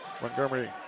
Montgomery